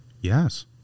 Yes